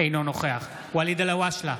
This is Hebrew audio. אינו נוכח ואליד אלהואשלה,